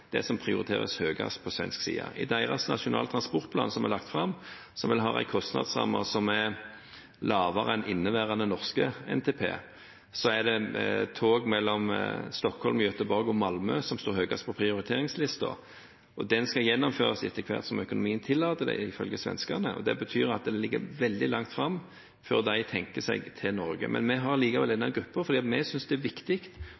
det som prioriteres høyest på svensk side. I deres nasjonale transportplan som er lagt fram, som vel har en kostnadsramme som er lavere enn inneværende norske NTP, er det tog mellom Stockholm, Gøteborg og Malmø som står høyest på prioriteringslisten. Det skal gjennomføres etter hvert som økonomien tillater det, ifølge svenskene. Det betyr at det ligger veldig langt fram før de tenker seg til Norge. Men vi har likevel denne gruppen, fordi vi synes det er viktig